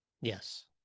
Yes